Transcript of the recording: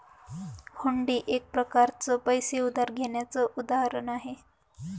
हुंडी एक प्रकारच पैसे उधार घेण्याचं उदाहरण आहे